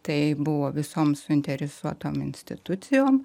tai buvo visom suinteresuotom institucijom